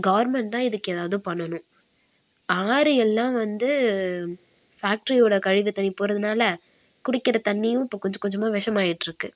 government தான் இதுக்கு எதாவது பண்ணணும் ஆறு எல்லாம் வந்து ஃபேக்ட்ரியோடய கழிவுத் தண்ணி போகிறதுனால குடிக்கிற தண்ணியும் இப்போ கொஞ்சம் கொஞ்சமாக விஷமாயிட்டு இருக்குது